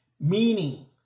meaning